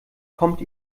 kommt